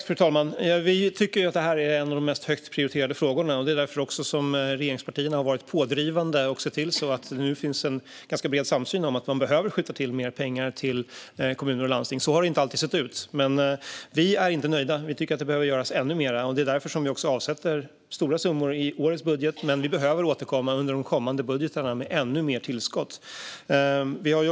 Fru talman! Vi tycker att det här är en av de högst prioriterade frågorna. Det är också därför regeringspartierna har varit pådrivande och sett till att det nu finns en ganska bred samsyn om att man behöver skjuta till mer pengar till kommuner och landsting. Så har det inte alltid sett ut. Men vi är inte nöjda; vi tycker att det behöver göras ännu mer. Det är därför vi avsätter stora summor i årets budget. Men vi behöver återkomma under de kommande budgetarna med ännu mer tillskott.